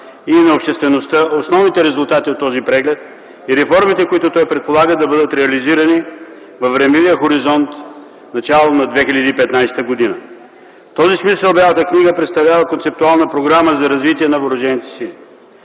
и на обществеността основните резултати от този преглед и реформите, които той предполага да бъдат реализирани във времевия хоризонт началото на 2015 г. В този смисъл Бялата книга представлява концептуална програма за развитие на въоръжените сили.